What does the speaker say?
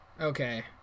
Okay